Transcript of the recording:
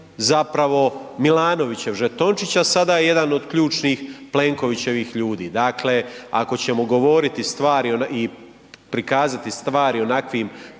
zapravo Milanović žetončić, a sada je jedan od ključnih Plenkovićevih ljudi. Dakle ako ćemo govoriti stvari i prikazati stvari onakvim